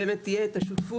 באמת שתהיה השותפות,